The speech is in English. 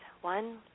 One